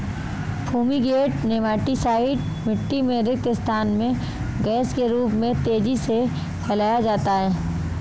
fumigant nematicide मिटटी में रिक्त स्थान में गैस के रूप में तेजी से फैलाया जाता है